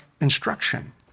instruction